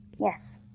Yes